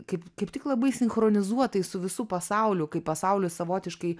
kaip kaip tik labai sinchronizuotai su visu pasauliu kai pasaulis savotiškai